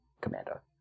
commander